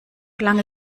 lange